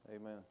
amen